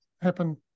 happen